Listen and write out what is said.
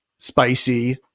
Spicy